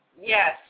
Yes